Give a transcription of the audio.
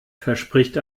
verspricht